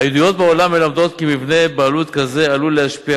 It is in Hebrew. הידיעות בעולם מלמדות כי מבנה בעלות כזה עלול להשפיע